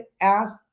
ask